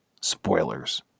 spoilers